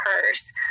curse